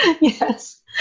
Yes